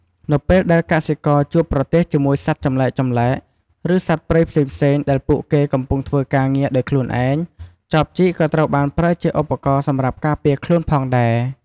នៅពេលដែលកសិករជួបប្រទះជាមួយសត្វចម្លែកៗ ឬសត្វព្រៃផ្សេងៗដែលពួកគេកំពុងធ្វើការងារដោយខ្លួនឯង ចបជីកក៏ត្រូវបានប្រើជាឧបករណ៍សម្រាប់ការពារខ្លួនផងដែរ។